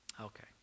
Okay